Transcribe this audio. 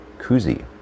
koozie